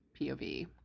POV